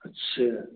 अच्छा